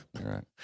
right